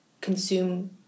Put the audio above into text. consume